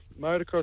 motocross